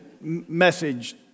message